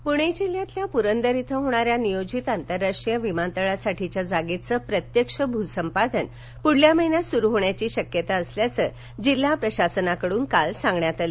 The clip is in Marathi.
पणे विमानतळ पूणे जिल्ह्यातील पुरंदर इथं होणाऱ्या नियोजित आंतरराष्ट्रीय विमानतळासाठीच्या जागेचं प्रत्यक्ष भूसंपादन पुढील महिन्यात सुरु होण्याची शक्यता असल्याचं जिल्हा प्रशासनाकडुन काल सांगण्यात आलं